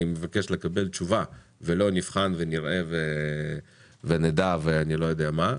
אני מבקש לקבל תשובה ולא נבחן ונראה ונדע ואני לא יודע מה,